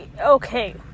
Okay